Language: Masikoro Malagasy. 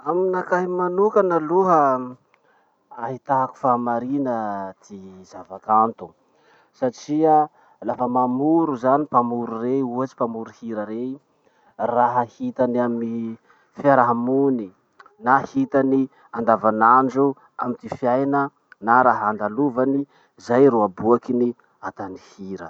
Aminakahy manokana aloha, ahitako fahamarina ty zavakanto satria lafa mamoro zany mpamoro rey, ohatsy mpamoro hira rey, raha hitany amy fiarahamony na hitany andavanandro amy ty fiaina na raha andalovany, zay ro aboakiny atany hira.